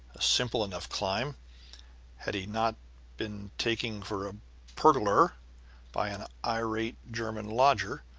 simple enough climb had he not been taken for a purglaire by an irate german lodger,